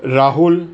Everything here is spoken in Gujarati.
રાહુલ